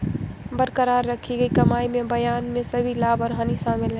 बरकरार रखी गई कमाई में बयान में सभी लाभ और हानि शामिल हैं